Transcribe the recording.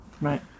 right